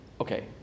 Okay